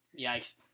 Yikes